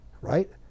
right